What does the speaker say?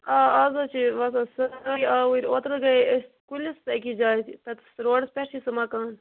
آ آز حَظ چھِ لگ بگ سٲری آوٕرۍ اوترٕ گٔے أسۍ کُلِس تہٕ اکِس جاے تتس روڈس پٮ۪ٹھ چھُ سُہ مکان